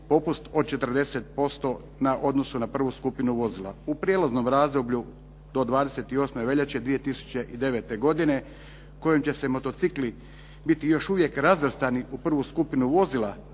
popust od 40% na odnosu na prvu skupinu vozila u prijelaznom razdoblju do 28. veljače 2009. godine kojim će se motocikli biti još uvijek razvrstani u prvu skupinu vozila